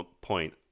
point